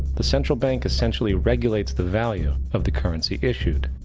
the central bank essentially regulates the value of the currency issued.